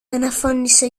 αναφώνησε